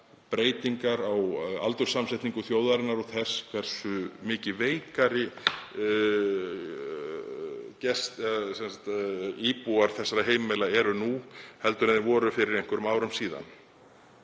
breytinga á aldurssamsetningu þjóðarinnar og þess hversu mikið veikari íbúar þessara heimila séu nú en þau voru fyrir einhverjum árum síðan.